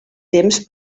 temps